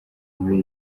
muri